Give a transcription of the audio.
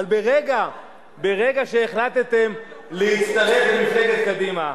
אבל ברגע שהחלטתם להצטרף למפלגת קדימה,